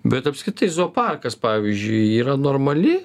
bet apskritai zooparkas pavyzdžiui yra normali